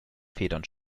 federn